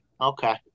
Okay